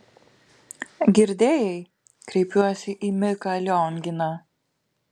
girdėjai kreipiuosi į miką lionginą